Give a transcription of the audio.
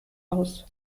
aus